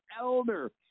elder